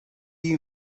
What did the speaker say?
you